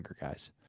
guys